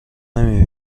نمی